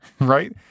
right